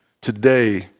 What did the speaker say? today